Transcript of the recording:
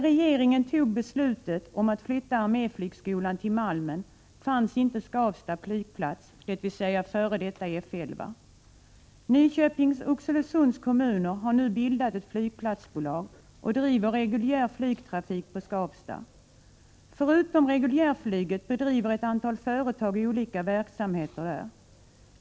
Förutom reguljärflyget finns det ett antal företag som bedriver olika verksamheter på Skavsta.